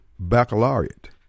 Baccalaureate